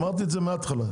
אמרתי את זה מהתחלה.